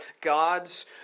God's